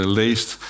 leest